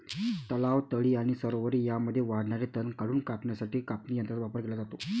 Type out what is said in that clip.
तलाव, तळी आणि सरोवरे यांमध्ये वाढणारे तण काढून टाकण्यासाठी कापणी यंत्रांचा वापर केला जातो